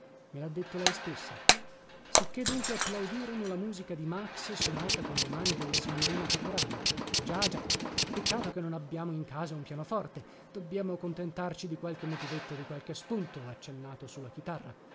me lha detto lei stessa sicché dunque applaudirono la musica di max sonata con le mani della signorina caporale già già peccato che non abbiamo in casa un pianoforte dobbiamo contentarci di qualche motivetto di qualche spunto accennato su la chitarra